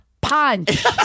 punch